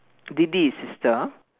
didi is sister ah